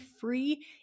free